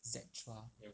zac chua